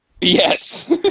Yes